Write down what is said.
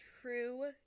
true